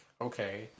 okay